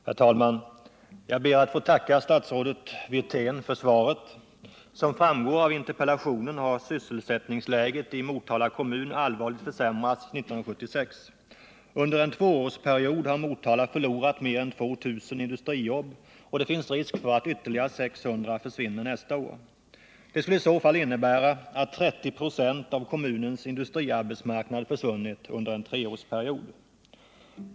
Herr talman! Jag ber att få tacka statsrådet Wirtén för svaret. Som framgår av interpellationen har sysselsättningsläget i Motala kommun allvarligt försämrats sedan 1976. Under en tvåårsperiod har Motala förlorat mer än 2 000 industrijobb, och det finns risk för att ytterligare 600 försvinner nästa år. Det skulle i så fall innebära att 30 96 av kommunens industriarbetsmarknad försvunnit under en treårsperiod.